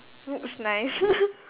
looks nice